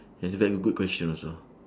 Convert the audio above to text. is very good question also